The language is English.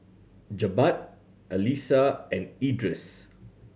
Jebat Alyssa and Idris